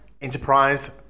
Enterprise